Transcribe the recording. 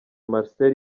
marcel